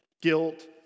guilt